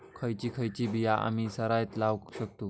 खयची खयची बिया आम्ही सरायत लावक शकतु?